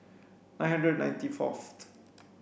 nine hundred ninety fourth